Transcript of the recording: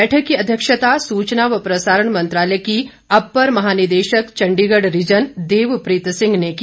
बैठक की अध्यक्षता सूचना व प्रसारण मंत्रालय की अप्पर महानिदेशक चंडीगढ़ रीजन देवप्रीत सिंह ने की